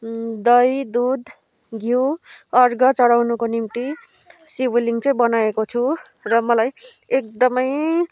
दही दुध घिउ अर्ग चढाउनुको निम्ति शिवलिङ्ग चाहिँ बनाएको छु र मलाई एकदमै